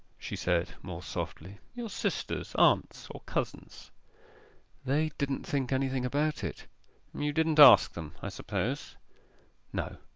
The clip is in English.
she said, more softly, your sisters, aunts, or cousins they didn't think anything about it you didn't ask them, i suppose no.